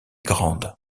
grandes